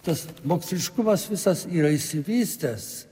tas moksliškumas visas yra išsivystęs